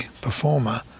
performer